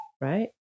Right